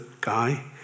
guy